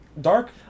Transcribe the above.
dark